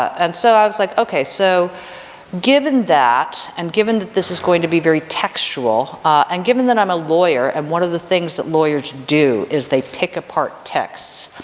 and so i was like, okay so given that, that, and given that this is going to be very textual, and given that i'm a lawyer and one of the things that lawyers do is they pick apart texts,